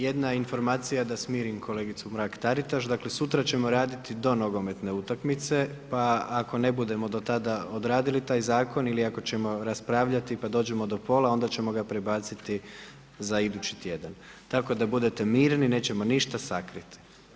Jedna informacija da smirim kolegicu Mrak-Taritaš, dakle sutra ćemo raditi do nogometne utakmice pa ako ne budemo do tada odradili taj zakon ili ako ćemo raspravljati pa dođemo do pola, onda ćemo ga prebaciti za idući tjedan, tako da budete mirni, nećemo ništa sakriti.